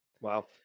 Wow